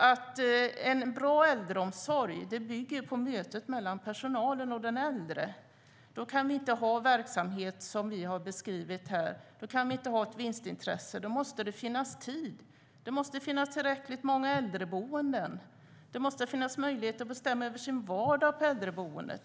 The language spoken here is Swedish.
En bra äldreomsorg bygger på mötet mellan personalen och den äldre. Då kan vi inte ha sådan verksamhet som vi har beskrivit här, då kan vi inte ha ett vinstintresse, utan då måste det finns tid. Det måste finnas tillräckligt många äldreboenden. Det måste finnas möjlighet att bestämma över sin vardag på äldreboendet.